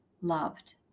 loved